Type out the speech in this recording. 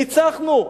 ניצחנו.